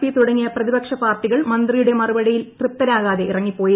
P തുടങ്ങിയ പ്രതിപക്ഷ പാർട്ടികൾ മന്ത്രിയുടെ മറുപടിയിൽ തൃപ്തരാകാതെ ഇറങ്ങിപ്പോയി